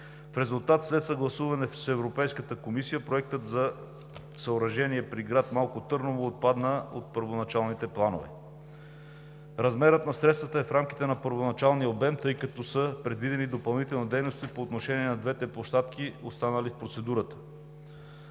В резултат след съгласуване с Европейската комисия проектът за съоръжение при град Малко Търново отпадна от първоначалните планове. Размерът на средствата е в рамките на първоначалния обем, тъй като са предвидени допълнителни дейности по отношение на двете площадки, останали в процедурата.